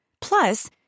Plus